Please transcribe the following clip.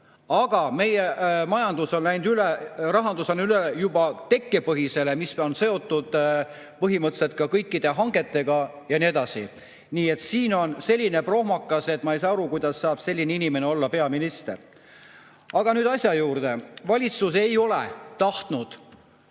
Aga meie majandus, rahandus on läinud üle juba tekkepõhisele [süsteemile], mis on seotud põhimõtteliselt kõikide hangetega ja nii edasi. Nii et siin on selline prohmakas, et ma ei saa aru, kuidas saab selline inimene olla peaminister. Aga nüüd asja juurde. Valitsus ei ole tahtnud